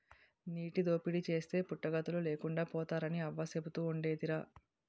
నీటి దోపిడీ చేస్తే పుట్టగతులు లేకుండా పోతారని అవ్వ సెబుతుండేదిరా